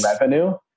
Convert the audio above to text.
revenue